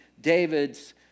David's